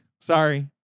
Sorry